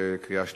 לקריאה שלישית.